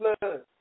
blood